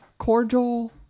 Cordial